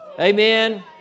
Amen